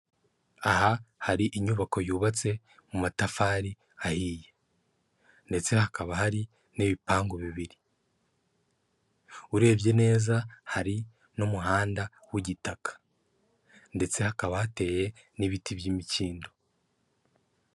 Aha, hari inyubako yubatse mu matafari ahiye, ndetse hakaba hari n'ibipangu bibiri, urebye neza hari n'umuhanda w'igitaka, ndetse hakaba hateye n'ibiti by'imikindo.